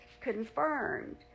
confirmed